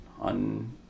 on